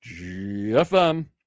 GFM